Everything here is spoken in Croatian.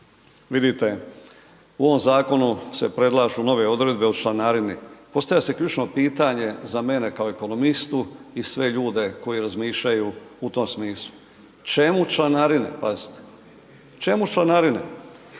Vidite, u ovom zakonu se predlažu nove odredbe u članarini. Postavlja se ključno pitanje, za mene kao ekonomistu i sve ljude koji razmišljaju u tom smislu. Čemu članarine? Pazite, čemu članarine?